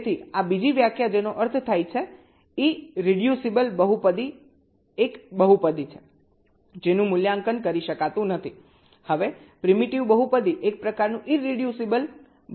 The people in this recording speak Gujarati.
તેથી આ બીજી વ્યાખ્યા જેનો અર્થ થાય છે કે ઈરરીડયુસીબલ બહુપદી એક બહુપદી છે જેનું મૂલ્યાંકન કરી શકાતું નથી હવે પ્રીમિટિવ બહુપદી એક પ્રકારનું ઈરરીડયુસીબલ બહુપદી છે